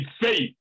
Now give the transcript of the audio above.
faith